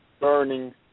burning